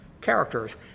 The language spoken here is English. characters